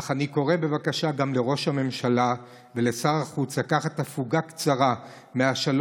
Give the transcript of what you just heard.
אך אני קורא בבקשה גם לראש הממשלה ולשר החוץ לקחת הפוגה קצרה מהשלום